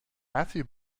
matthew